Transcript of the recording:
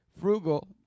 frugal